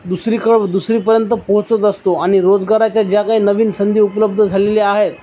दुसरीकडे दुसरीपर्यंत पोचत असतो आनि रोजगाराच्या ज्या काही नवीन संधी उपलब्ध झालेल्या आहेत